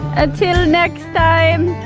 until next time,